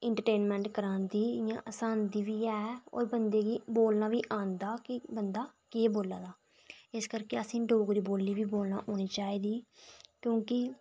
entertainment करांदी ते हसांदी बी ऐ होर बंदे गी बोलना बी औंदा कि बंदा केह् बोल्लै दा इस करके असें गी डोगरी बोलना बी औना चाहिदी क्योंकि